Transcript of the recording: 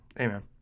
amen